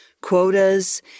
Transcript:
quotas